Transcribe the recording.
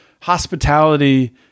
hospitality